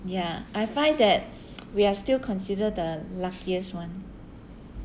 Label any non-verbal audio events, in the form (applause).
ya I find that (noise) we are still consider the luckiest [one]